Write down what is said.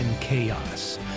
chaos